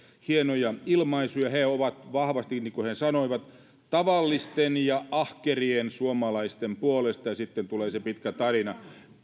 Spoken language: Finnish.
hienoja ilmaisuja he ovat vahvasti niin kuin he sanoivat tavallisten ja ahkerien suomalaisten puolella ja sitten tulee se pitkä tarina